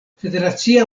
federacia